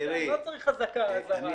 לא צריך אזהרה.